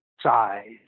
size